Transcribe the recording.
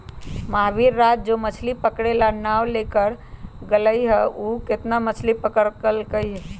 महावीर आज जो मछ्ली पकड़े ला नाव लेकर गय लय हल ऊ कितना मछ्ली पकड़ कर लल कय?